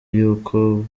yuko